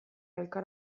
elkar